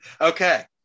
Okay